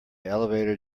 elevator